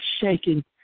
shaking